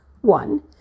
One